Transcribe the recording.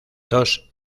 dos